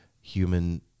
human